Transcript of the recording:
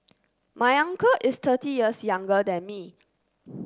my uncle is thirty years younger than me